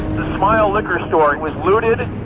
the smile liquor store was looted,